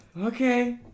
Okay